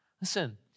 Listen